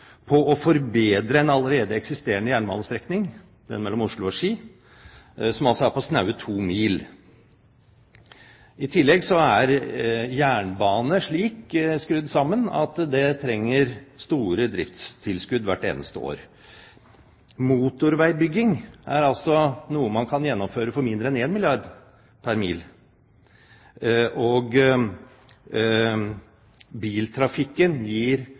på å forbedre en allerede eksisterende jernbanestrekning, den mellom Oslo og Ski, som altså er på snaue 2 mil. I tillegg er jernbane slik skrudd sammen at den trenger store driftstilskudd hvert eneste år. Motorveibygging er noe man kan gjennomføre for mindre enn 1 milliard kr pr. mil, og biltrafikken gir